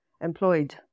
employed